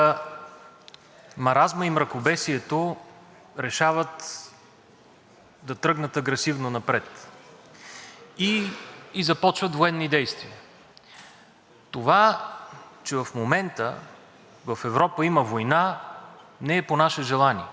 и започват военни действия. Това, че в момента в Европа има война, не е по наше желание. Този въпрос трябва да се отправи в Кремъл – защо Руската федерация започна война, пълномащабна война, в Украйна?